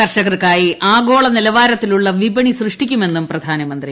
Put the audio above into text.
കർഷകർക്കായി ആഗോള നിലവാരത്തിലുള്ള വിപണി സൃഷ്ടിക്കുമെന്നും പ്രധാനമന്ത്രി